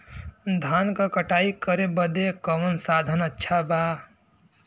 धान क कटाई करे बदे कवन साधन अच्छा बा?